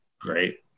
Great